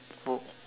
poke